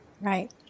Right